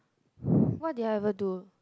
what did I ever do